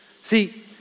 See